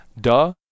Duh